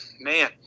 man